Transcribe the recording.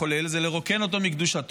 לחלל זה לרוקן אותו מקדושתו,